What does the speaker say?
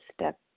step